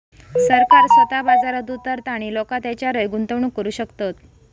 सरकार स्वतः बाजारात उतारता आणि लोका तेच्यारय गुंतवणूक करू शकतत